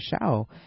show